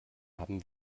haben